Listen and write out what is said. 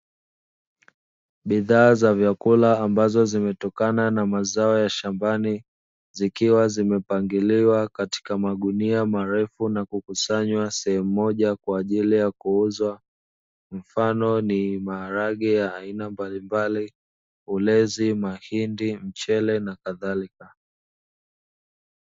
Bidhaa za vyakula ambazo zimetokana na mazao ya shambani, zikiwa zimepangiliwa katika magunia marefu na kukusanywa sehemu moja kwa ajili ya kuuzwa mfano ni maharage ya aina mbalimbali, ulezi, mahindi, mchele na kadhalika.